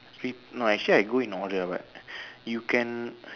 re~ no actually I go in order ah but you can